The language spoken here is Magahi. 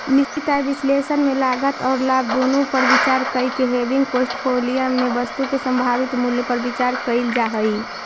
निश्चित आय विश्लेषण में लागत औउर लाभ दुनो पर विचार कईके हेविंग पोर्टफोलिया में वस्तु के संभावित मूल्य पर विचार कईल जा हई